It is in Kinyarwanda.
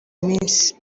minsi